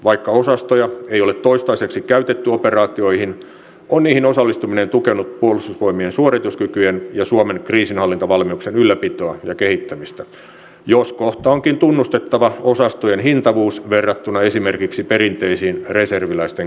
vaikka osastoja ei ole toistaiseksi käytetty operaatioihin on niihin osallistuminen tukenut puolustusvoimien suorituskykyjen ja suomen kriisinhallintavalmiuksien ylläpitoa ja kehittämistä jos kohta onkin tunnustettava osastojen hintavuus verrattuna esimerkiksi perinteisiin reserviläisten kertausharjoituksiin